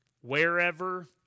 wherever